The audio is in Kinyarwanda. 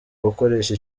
gukoresha